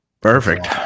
Perfect